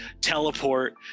teleport